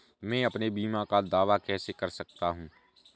मैं अपने बीमा का दावा कैसे कर सकता हूँ?